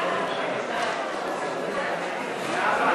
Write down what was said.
התשע"ה